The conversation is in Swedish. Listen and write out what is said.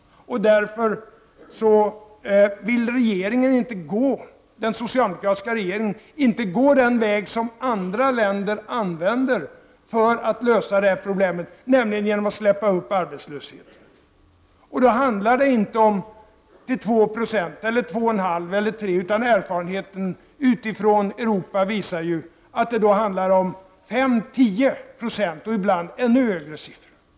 Därför vill inte den socialdemokratiska regeringen gå den väg som andra länder använder för att lösa det här problemet, nämligen att låta arbetslösheten öka. Då handlar det inte om 2 Ze eller 2,5 90 eller 3 Ze, utan erfarenheten utifrån Europa visar att det då handlar om 5—10 90 och ibland ännu mer.